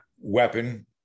weapon